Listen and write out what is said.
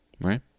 Right